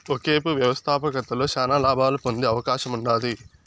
ఒకేపు వ్యవస్థాపకతలో శానా లాబాలు పొందే అవకాశముండాది